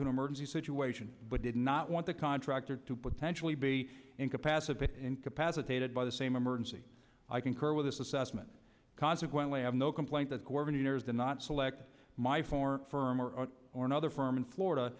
an emergency situation but did not want the contractor to potentially be incapacitated incapacitated by the same emergency i concur with this assessment consequently i have no complaint that coordinators did not select my form firm or or another firm in florida